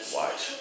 watch